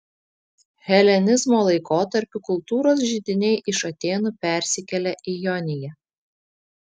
helenizmo laikotarpiu kultūros židiniai iš atėnų persikėlė į joniją